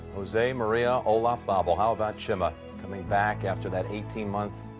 jose maria olazabal. how about shanna coming back after that eighteen months.